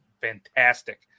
Fantastic